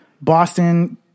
Boston